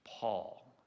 Paul